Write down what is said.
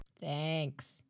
Thanks